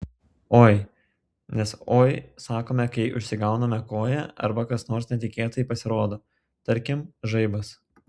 oi nes oi sakome kai užsigauname koją arba kas nors netikėtai pasirodo tarkim žaibas